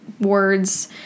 words